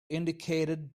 indicated